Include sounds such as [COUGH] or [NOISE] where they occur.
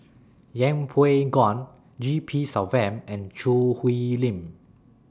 Yeng Pway [UNINTELLIGIBLE] G P Selvam and Choo Hwee Lim